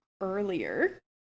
earlier